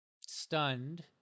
stunned